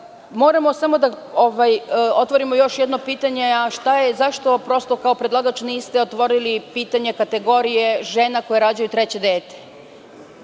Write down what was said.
Moramo samo da otvorimo još jedno pitanje – zašto kao predlagač niste otvorili pitanje kategorije žena koje rađaju treće dece,